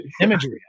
imagery